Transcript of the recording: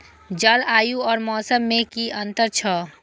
जलवायु और मौसम में कि अंतर छै?